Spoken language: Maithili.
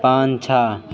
पाँछा